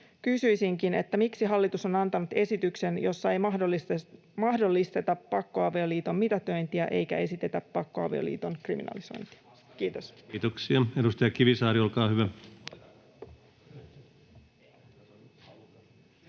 kysyisinkin: miksi hallitus on antanut esityksen, jossa ei mahdollisteta pakkoavioliiton mitätöintiä eikä esitetä pakkoavioliiton kriminalisointia? — Kiitos. [Speech 7] Speaker: